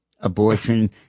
Abortion